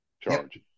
charge